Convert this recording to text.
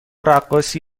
رقاصی